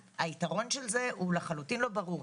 היתרון של זה הוא לחלוטין לא ברור.